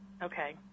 Okay